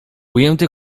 ujęty